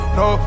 no